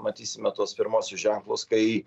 matysime tuos pirmuosius ženklus kai